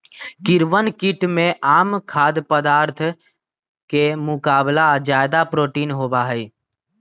कीड़वन कीट में आम खाद्य पदार्थ के मुकाबला ज्यादा प्रोटीन होबा हई